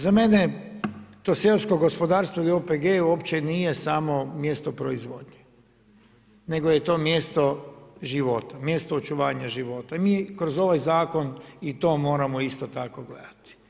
Za mene to seosko gospodarstvo ili OPG uopće nije samo mjesto proizvodnje, nego je to mjesto života, mjesto očuvanja života i mi kroz ovaj zakon i to moramo isto tako gledati.